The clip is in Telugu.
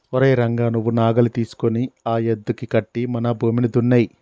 ఓరై రంగ నువ్వు నాగలి తీసుకొని ఆ యద్దుకి కట్టి మన భూమిని దున్నేయి